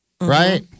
Right